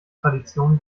tradition